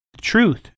truth